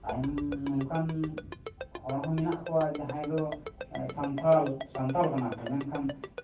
ᱟᱭᱢᱟ ᱱᱚᱝᱠᱟᱱ ᱦᱚᱲ ᱦᱚᱸ ᱢᱮᱱᱟᱜ ᱠᱚᱣᱟ ᱡᱟᱦᱟᱸᱭ ᱫᱚ ᱥᱟᱱᱛᱟᱲ ᱥᱟᱱᱛᱟᱲ ᱠᱟᱱᱟ ᱠᱚ ᱢᱮᱱᱠᱷᱟᱱ